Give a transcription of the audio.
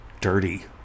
dirty